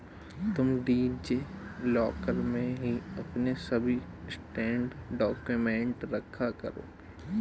तुम DigiLocker में ही अपने सभी स्कैंड डाक्यूमेंट रखा करो